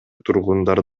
тургундар